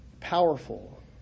powerful